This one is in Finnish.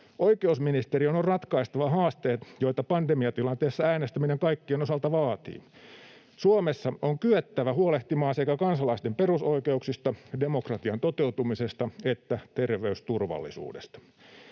Oikeusministeriön on ratkaistava haasteet, joita pandemiatilanteessa äänestäminen kaikkien osalta vaatii. Suomessa on kyettävä huolehtimaan sekä kansalaisten perusoikeuksista ja demokratian toteutumisesta että terveysturvallisuudesta.